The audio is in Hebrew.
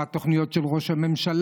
מה התוכניות של ראש הממשלה,